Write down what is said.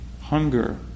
Hunger